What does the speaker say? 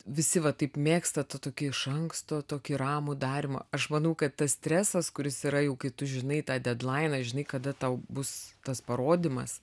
visi va taip mėgsta tą tokį iš anksto tokį ramų darymą aš manau kad tas stresas kuris yra jau kai tu žinai tą dedlainą žinai kada tau bus tas parodymas